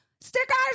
Stickers